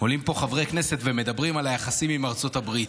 עולים לפה חברי כנסת ומדברים על היחסים עם ארצות הברית,